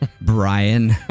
Brian